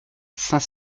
saint